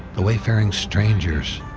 the wayfaring strangers